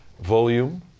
volume